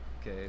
Okay